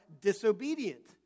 disobedient